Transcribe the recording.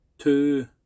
two